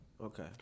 Okay